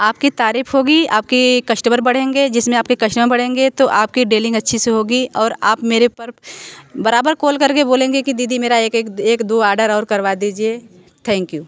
आपकी तारीफ़ होगी आपकी कष्टमर बढ़ेंगे जिसमें आपके कष्टमर बढ़ेंगे तो आपकी डेलिंग अच्छी से होगी और आप मेरे पर बराबर कोल करके बोलेंगे कि दीदी मेरा एक एक एक दो आर्डर और करवा दीजिए थैंक यू